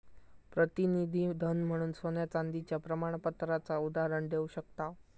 प्रतिनिधी धन म्हणून सोन्या चांदीच्या प्रमाणपत्राचा उदाहरण देव शकताव